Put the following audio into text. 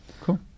cool